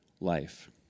life